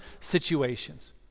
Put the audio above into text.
situations